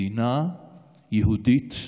מדינה יהודית ודמוקרטית.